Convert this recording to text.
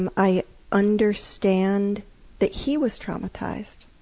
and i understand that he was traumatized.